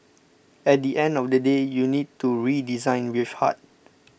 at the end of the day you need to redesign with heart